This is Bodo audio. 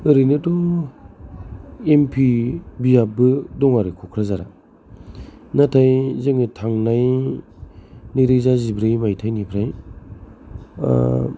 ओरैनोथ' एम पि बियाबबो दं आरो क'कराझारआव नाथाय जोङो थांनाय नै रोजा जिब्रै माइथाइनिफ्राय